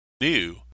new